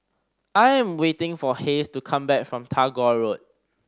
I am waiting for Hays to come back from Tagore Road